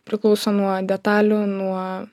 priklauso nuo detalių nuo